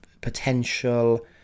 potential